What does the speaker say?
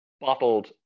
bottled